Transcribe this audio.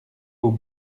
aux